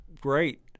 great